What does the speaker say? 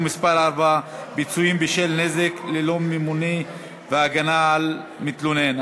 מס' 4) (פיצויים בשל נזק לא ממוני והגנה על מתלונן),